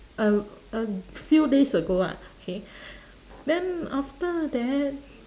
a a few days ago ah okay then after that